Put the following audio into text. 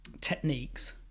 techniques